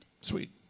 Sweet